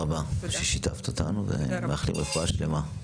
תודה רבה ששיתפת אותנו ומאחלים רפואה שלמה.